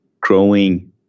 growing